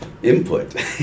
input